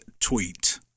tweet